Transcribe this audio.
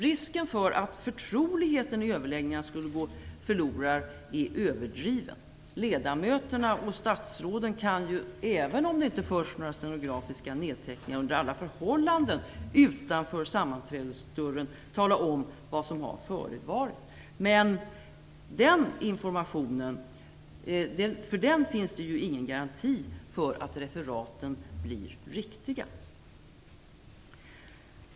Risken för att förtroligheten i överläggningarna skulle gå förlorad är överdriven. Ledamöterna och statsråden kan ju även om det inte förs några stenografiska nedteckningar under alla förhållanden utanför sammanträdesdörren tala om vad som har förevarit. När det gäller den informationen finns det ingen garanti för att referaten blir riktiga.